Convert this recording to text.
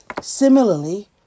Similarly